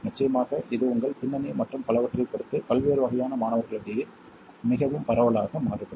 நிச்சயமாக இது உங்கள் பின்னணி மற்றும் பலவற்றைப் பொறுத்து பல்வேறு வகையான மாணவர்களிடையே மிகவும் பரவலாக மாறுபடும்